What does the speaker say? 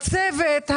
הצוות,